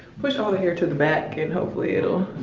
push all the hair to the back and hopefully it'll